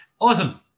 Awesome